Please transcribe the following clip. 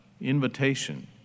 invitation